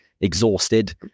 exhausted